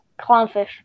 Clownfish